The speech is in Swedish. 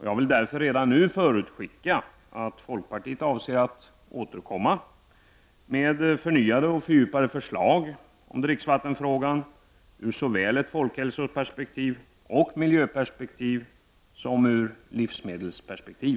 Jag vill därför redan nu förutskicka att folkpartiet avser att återkomma med förnyade och fördjupade förslag om dricksvattenfrågan ur såväl ett folkhälso och miljöperspektiv som ett livsmedelsperspektiv.